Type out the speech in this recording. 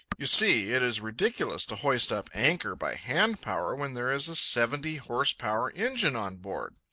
you see, it is ridiculous to hoist up anchor by hand-power when there is a seventy-horse-power engine on board.